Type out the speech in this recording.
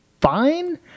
fine